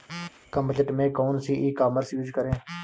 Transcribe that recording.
कम budget में कौन सी ई कॉमर्स यूज़ करें?